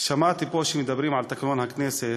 שמעתי פה שמדברים על תקנון הכנסת.